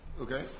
Okay